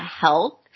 health